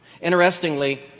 Interestingly